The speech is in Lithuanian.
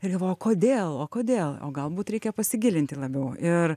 ir galvoja kodėl o kodėl o galbūt reikia pasigilinti labiau ir